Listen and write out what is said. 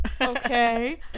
Okay